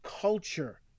culture